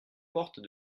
portes